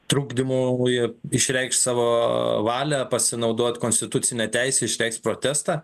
trukdymu oje išreikšt savo valią pasinaudot konstitucine teise išreikšt protestą